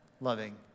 loving